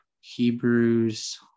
Hebrews